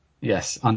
Yes